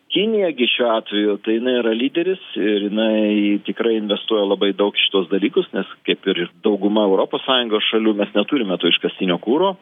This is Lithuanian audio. kinija gi šiuo atveju tai jinai yra lyderis ir jinai tikrai investuoja labai daug į šituos dalykus nes kaip ir ir dauguma europos sąjungos šalių mes neturime to iškastinio kuro